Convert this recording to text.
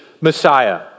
Messiah